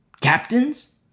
Captains